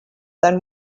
then